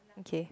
okay